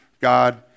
God